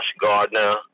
Gardner